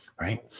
Right